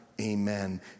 Amen